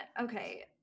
okay